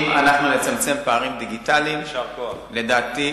אם אנחנו נצמצם פערים דיגיטליים, לדעתי,